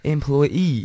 Employee